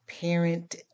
parent